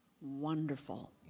Wonderful